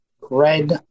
red